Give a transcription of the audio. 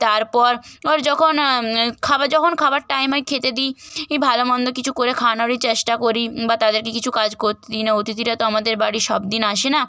তারপর ওর যখন খাবার যখন খাবার টাইমে খেতে দিই ই ভালো মন্দ কিছু করে খাওনোরই চেষ্টা করি বা তাদেরকে কিছু কাজ করতে দিই না অতিথিরা তো আমাদের বাড়ি সব দিন আসে না